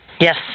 Yes